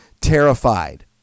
terrified